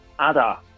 Ada